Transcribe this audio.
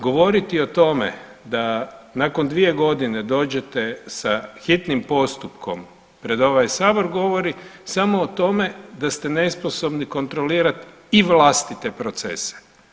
Govoriti o tome da nakon 2 godine dođete sa hitnim postupkom pred ovaj Sabor govori samo o tome da ste nesposobni kontrolirat i vlastite procese.